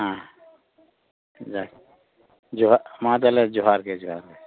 ᱦᱮᱸ ᱡᱟᱠ ᱢᱟ ᱛᱟᱦᱚᱞᱮ ᱡᱚᱦᱟᱨ ᱜᱮ ᱡᱚᱦᱟᱨ ᱜᱮ